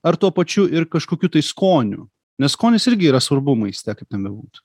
ar tuo pačiu ir kažkokiu tai skoniu nes skonis irgi yra svarbu maiste kaip ten bebūtų